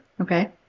Okay